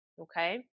okay